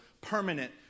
permanent